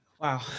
Wow